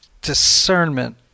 discernment